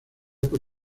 por